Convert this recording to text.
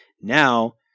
Now